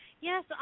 Yes